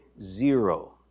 zero